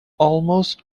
almost